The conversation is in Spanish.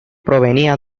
provenía